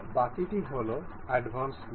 বাকিটি হল অ্যাডভান্সড মেট